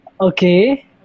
Okay